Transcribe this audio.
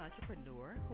entrepreneur